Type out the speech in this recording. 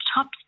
top